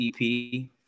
EP